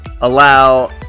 allow